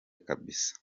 kabisa